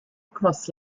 across